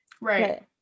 Right